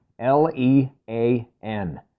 L-E-A-N